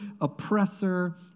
oppressor